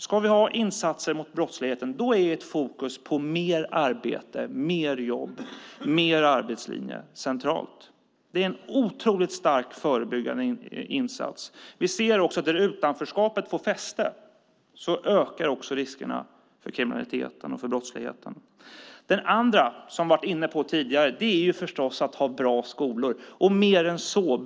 Ska vi ha insatser mot brottsligheten är fokus på mer arbete och mer arbetslinje centralt. Det är en otroligt stark förebyggande insats. Vi ser också att där utanförskapet får fäste ökar riskerna för kriminalitet och för brottslighet. Den andra, som vi har varit inne på tidigare, är förstås att ha bra skolor och mer än så.